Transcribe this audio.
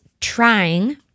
trying